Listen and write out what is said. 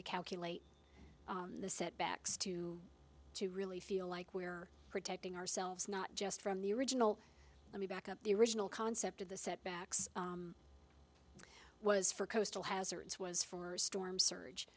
to calculate the setbacks two to really feel like we are protecting ourselves not just from the original let me back up the original concept of the setbacks was for coastal hazards was for storm